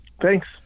Thanks